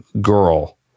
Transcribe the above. girl